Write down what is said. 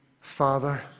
Father